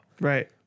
right